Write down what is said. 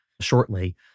shortly